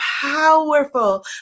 powerful